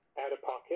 out-of-pocket